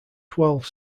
twelve